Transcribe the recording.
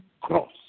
cross